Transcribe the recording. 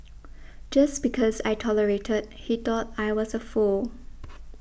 just because I tolerated he thought I was a fool